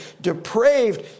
depraved